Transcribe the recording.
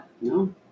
No